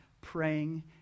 praying